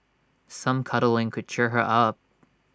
some cuddling could cheer her up